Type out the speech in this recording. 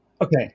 Okay